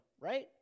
right